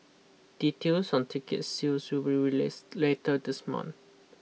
details on ticket sales will be released later this month